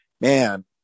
man